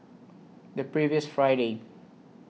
The previous Friday